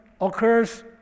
occurs